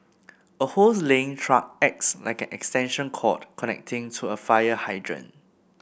a hose laying truck acts like an extension cord connecting to a fire hydrant